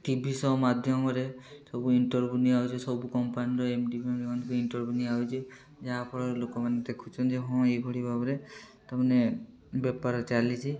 ଟି V show ମାଧ୍ୟମରେ ସବୁ interview ନିଆଯାଉଛି ସବୁ କମ୍ପାନୀର ଏମଡ଼ିମାନଙ୍କର ଇଣ୍ଟରଭିୟୁ ନିଆଯାଉଛି ଯାହାଫଳରେ ଲୋକମାନେ ଦେଖୁଛନ୍ତି ହଁ ଏଇଭଳି ଭାବରେ ତୁମେ ବେପାର ଚାଲିଛି